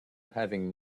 having